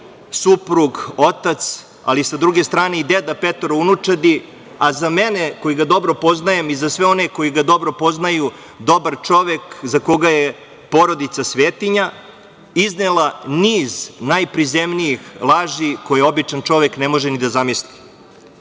suprug, otac, ali sa druge strane i deda petoro unučadi, a za mene koji ga dobro poznajem i za sve one koji ga dobro poznaju dobar čovek, za koga je porodica svetinja, iznela niz najprizemnijih laži koje običan čovek ne može ni da zamisli. Ne